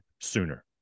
sooner